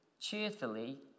cheerfully